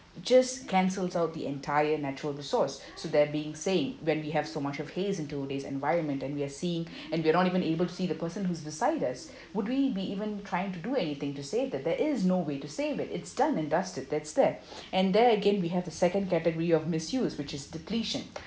just cancels out the entire natural resource so there been said when we have so much of haze in today's environment and we are seeing and we are not even able to see the person who's beside us would we be even trying to do anything to save that there is no way to save it it's done and dusted that's there and there again we have the second category of misuse which is depletion